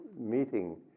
meeting